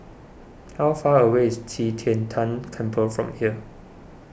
how far away is Qi Tian Tan Temple from here